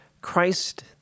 Christ